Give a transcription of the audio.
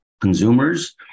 consumers